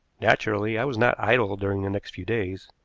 naturally i was not idle during the next few days,